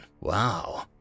Wow